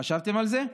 חשבתם על זה?